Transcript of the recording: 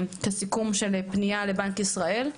את הסיכום של הפנייה לבנק ישראל,